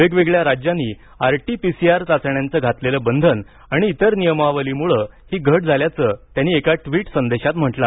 विविध राज्यांनी RT PCR चाचण्यांचं घातलेलं बंधन आणि इतर नियमावलींमुळे ही घट झाल्याचं त्यांनी एका ट्विट संदेशात म्हटलं आहे